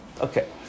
Okay